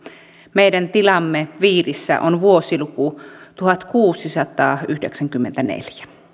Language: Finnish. meidän tilamme viirissä on vuosiluku tuhatkuusisataayhdeksänkymmentäneljä